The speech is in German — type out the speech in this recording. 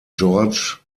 georges